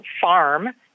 farm